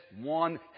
one